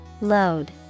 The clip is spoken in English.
Load